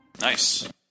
Nice